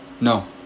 No